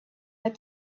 had